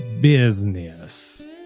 business